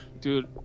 Dude